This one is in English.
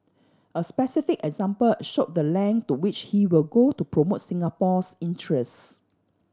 a specific example showed the length to which he will go to promote Singapore's interests